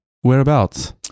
Whereabouts